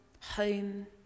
home